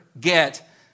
get